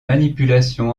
manipulation